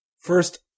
First